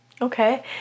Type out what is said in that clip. Okay